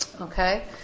okay